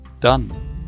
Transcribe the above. done